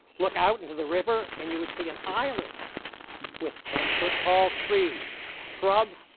look out into the river and you would see an island with ten foot tall trees, shrubs,